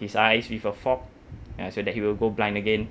his eyes with a fork uh so that he will go blind again